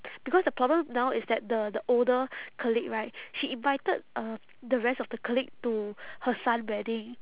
because the problem now is that the the older colleague right she invited uh the rest of the colleague to her son wedding